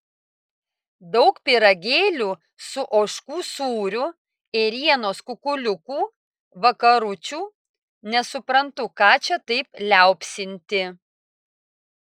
daug pyragėlių su ožkų sūriu ėrienos kukuliukų vakaručių nesuprantu ką čia taip liaupsinti